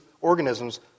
organisms